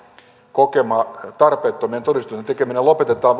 kokema tarpeettomien todistusten tekeminen lopetetaan